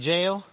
Jail